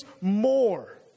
more